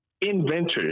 inventors